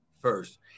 first